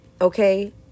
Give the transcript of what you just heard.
Okay